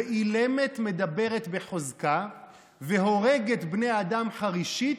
ואילמת מדברת בחוזקה, והורגת בני אדם חרישית,